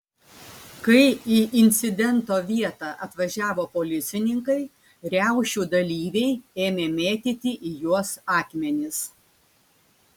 kai į incidento vietą atvažiavo policininkai riaušių dalyviai ėmė mėtyti į juos akmenis